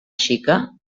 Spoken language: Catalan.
xica